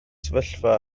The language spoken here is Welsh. sefyllfa